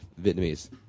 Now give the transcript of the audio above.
vietnamese